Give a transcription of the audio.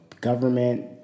government